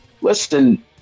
listen